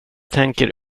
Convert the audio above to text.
tänker